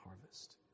harvest